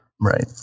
right